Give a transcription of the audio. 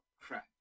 crap